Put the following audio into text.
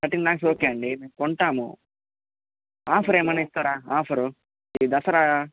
thirteen lakhs okay అండి మేము కొంటాము ఆఫర్ ఏమైనా ఇస్తారా ఆఫర్ ఈ దసరా